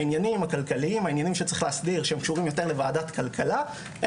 העניינים הכלכליים שצריך להסדיר וקשורים יותר לוועדת כלכלה,